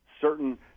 certain